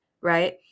right